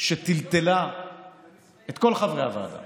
שטלטלה את כל חברי הוועדה